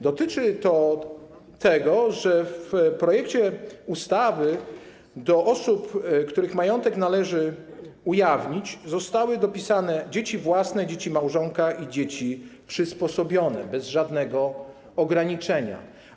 Dotyczy to tego, że w projekcie ustawy do osób, których majątek należy ujawnić, zostały dopisane dzieci własne, dzieci małżonka i dzieci przysposobione - bez żadnego ograniczenia.